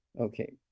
Okay